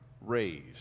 raised